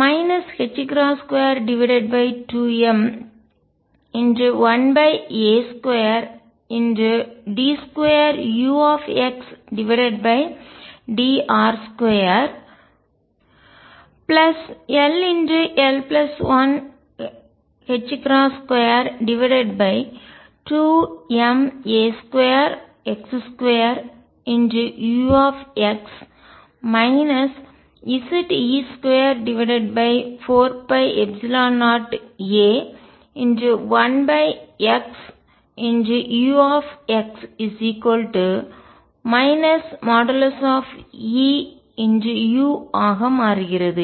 22m1a2d2uxdr2 ll122ma2x2u Ze24π0a1xu |E|u ஆக மாறுகிறது